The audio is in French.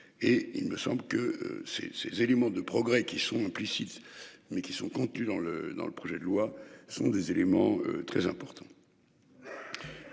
Et il me semble que ces, ces éléments de progrès qui sont implicites mais qui sont contenues dans le dans le projet de loi, ce sont des éléments très importants.